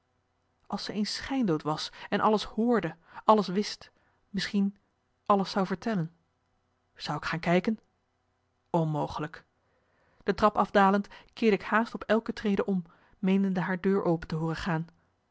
als ze eens schijndood was en alles hoorde alles wist misschien alles zou vertellen zou ik gaan kijken onmogelijk de trap afdalend keerde ik haast op elke trede om meenende haar deur open te hooren gaan